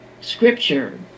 scripture